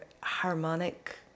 harmonic